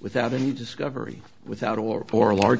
without any discovery without a warrant for a large